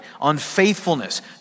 unfaithfulness